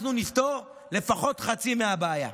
אנחנו נפתור לפחות חצי מהבעיה.